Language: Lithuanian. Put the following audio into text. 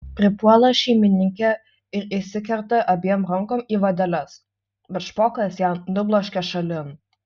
pripuola šeimininkė ir įsikerta abiem rankom į vadeles bet špokas ją nubloškia šalin